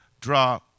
draw